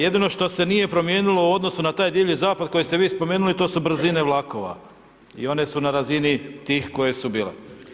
Jedino što se nije promijenilo u odnosu na taj divlji zapad kojeg ste vi spomenuli, to su brzine vlakova i one su na razini tih koje su bile.